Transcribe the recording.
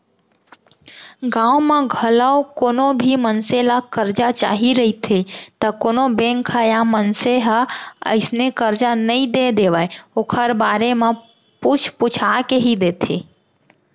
गाँव म घलौ कोनो भी मनसे ल करजा चाही रहिथे त कोनो बेंक ह या मनसे ह अइसने करजा नइ दे देवय ओखर बारे म पूछ पूछा के ही देथे